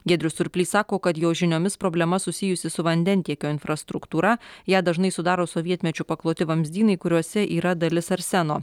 giedrius surplys sako kad jo žiniomis problema susijusi su vandentiekio infrastruktūra ją dažnai sudaro sovietmečiu pakloti vamzdynai kuriuose yra dalis arseno